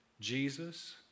Jesus